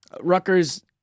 Rutgers